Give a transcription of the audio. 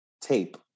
tape